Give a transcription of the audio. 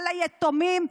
על היתומים,